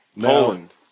Poland